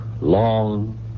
long